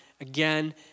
again